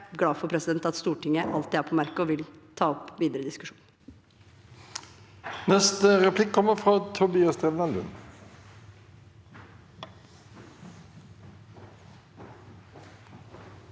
jeg er glad for at Stortinget alltid er «på merket» og vil ta opp videre diskusjon.